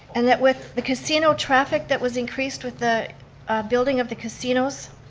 and that with the casino traffic that was increased with the building of the casinos,